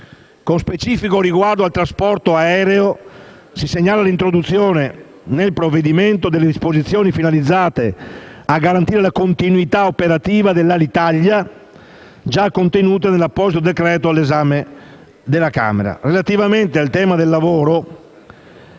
Con specifico riguardo al trasporto aereo, si segnala l'introduzione nel provvedimento delle disposizioni finalizzate a garantire la continuità operativa dell'Alitalia già contenute nell'apposito decreto-legge all'esame della Camera.